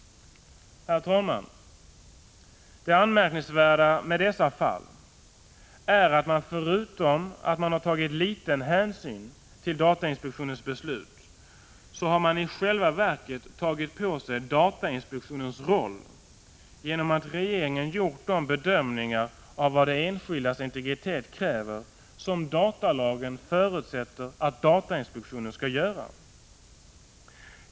Herr talman! Det anmärkningsvärda med dessa fall är, förutom att man har tagit liten hänsyn till datainspektionens beslut, att man i själva verket har tagit på sig datainspektionens roll genom att regeringen gjort de bedömning ar av vad den enskildes integritet kräver som datalagen förutsätter att Prot. 1985/86:146 datainspektionen skall göra.